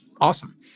Awesome